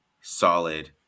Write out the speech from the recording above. solid